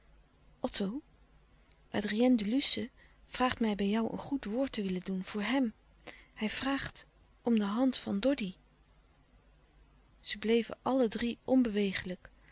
adrien de luce vraagt mij bij jou een goed woord te willen doen voor hem hij vraagt om de hand van doddy zij bleven allen drie onbewegelijk